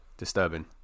disturbing